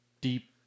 deep